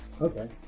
okay